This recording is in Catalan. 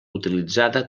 utilitzada